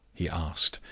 he asked,